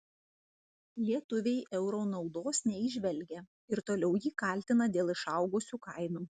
lietuviai euro naudos neįžvelgia ir toliau jį kaltina dėl išaugusių kainų